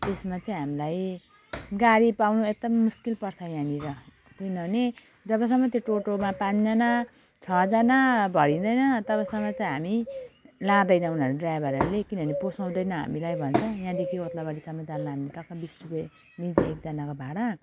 त्यसमा चाहिँ हामीलाई गाडी पाउनु एकदम मुस्किल पर्छ यहाँनिर किनभने जबसम्म त्यो टोटोमा पाँचजना छजना भरिँदैन तबसम्म चाहिँ हामी लाँदैन उनीहरू ड्राइभरहरूले किनभने पोसाउँदैन हामीलाई भन्छन् यहाँदेखि ओद्लाबारीसम्म जानु भने टक्क बिस रुपियाँ लिन्छ एकजनाको भाडा